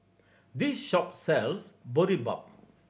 this shop sells Boribap